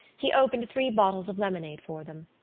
he opened three bottles of lemonade for them.